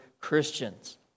Christians